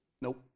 Nope